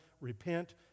repent